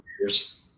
years